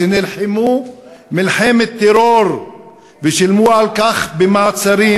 שנלחמו מלחמת טרור ושילמו על כך במעצרים,